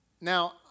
Now